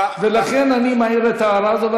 ולכן אני מעיר את ההערה הזאת,